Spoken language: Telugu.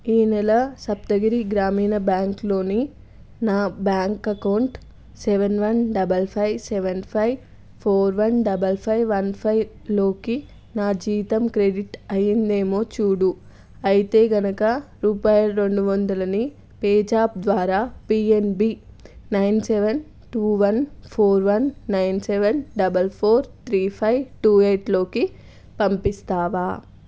ఈ నెల సప్తగిరి గ్రామీణ బ్యాంక్లోని నా bank account seven one double five seven five four one double five one ఫైవ్లోకి నా జీతం క్రెడిట్ అయ్యిందేమో చూడు అయితే కనుక రూపాయలు రెండు వందలని పేజాప్ ద్వారా PNB nine seven two one four one nine seven double four three five two ఎయిట్లోకి పంపిస్తావా